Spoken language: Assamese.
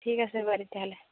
ঠিক আছে বাৰু তেতিয়াহ'লে